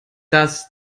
das